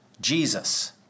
Jesus